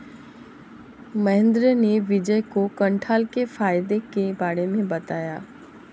महेंद्र ने विजय को कठहल के फायदे के बारे में बताया